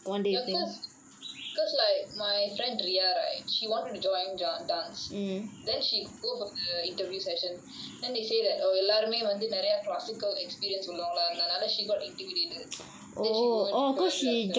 ya because because like my friend riya right she wanted to join dance then she go for the interview session then they say that எல்லாருமே வந்து நிறைய:ellaarumae vanthu niraiya classical experience உள்ளவங்கள இருந்த நால:ullavangala iruntha naala then she got intimidated then she go and join welfare